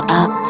up